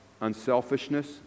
unselfishness